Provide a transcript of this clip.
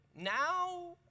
now